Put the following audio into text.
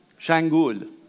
shangul